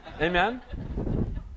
Amen